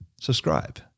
subscribe